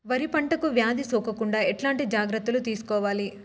వరి పంటకు వ్యాధి సోకకుండా ఎట్లాంటి జాగ్రత్తలు తీసుకోవాలి?